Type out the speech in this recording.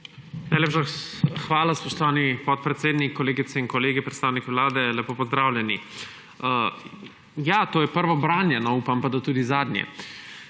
hvala, spoštovani podpredsednik. Kolegice in kolegi, predstavniki Vlade, lepo pozdravljeni! Ja, to je prvo branje; no, upam pa, da tudi zadnje,